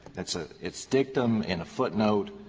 it's a it's dictum in a footnote